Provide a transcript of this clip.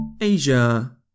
Asia